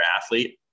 athlete